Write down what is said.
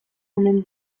omen